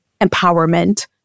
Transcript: empowerment